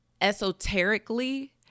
esoterically